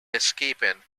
escaping